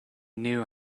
knew